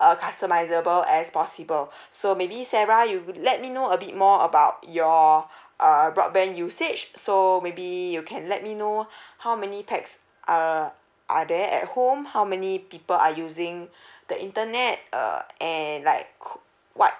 uh customisable as possible so maybe sarah you let me know a bit more about your err broadband usage so maybe you can let me know how many pax err are there at home how many people are using the internet uh and like who what